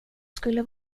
skulle